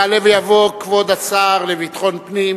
יעלה ויבוא כבוד השר לביטחון פנים